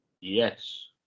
Yes